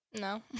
No